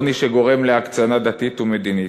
עוני שגורם להקצנה דתית ומדינית.